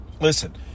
Listen